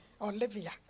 Olivia